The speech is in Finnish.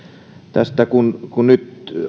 tästä kun kun nyt